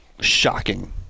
shocking